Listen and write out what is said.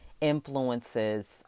influences